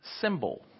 symbol